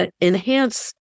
enhance